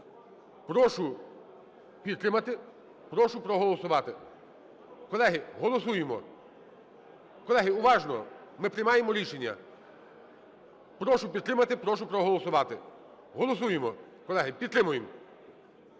Прошу підтримати, прошу проголосувати, колеги. Голосуємо. Колеги, уважно, ми приймаємо рішення. Прошу підтримати, прошу проголосувати. Голосуємо, колеги, підтримуємо.